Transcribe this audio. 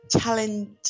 challenge